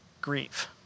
grieve